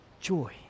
Joy